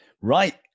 Right